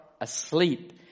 asleep